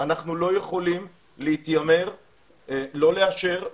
אנחנו לא יכולים להתיימר לא לאשר,